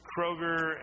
Kroger